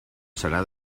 serà